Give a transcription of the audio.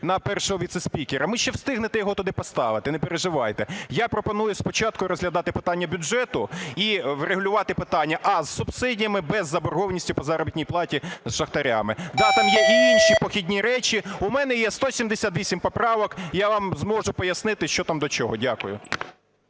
на першого віцеспікера, ви ще встигнете його туди поставити, не переживайте. Я пропоную спочатку розглядати питання бюджету і врегулювати питання: а) з субсидіями; б) з заборгованістю по заробітній плати з шахтарями. Да, там є і інші похідні речі. У мене є 178 поправок, я вам зможу пояснити, що там до чого. Дякую.